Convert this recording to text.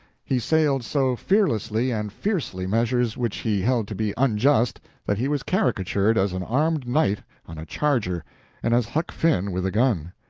he assailed so fearlessly and fiercely measures which he held to be unjust that he was caricatured as an armed knight on a charger and as huck finn with a gun.